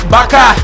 Baka